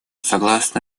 согласно